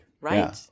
Right